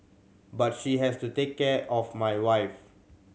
but she has to take care of my wife